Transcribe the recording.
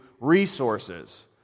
resources